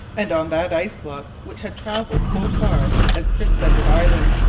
and on that ice-block, which had travelled so far as prince edward island,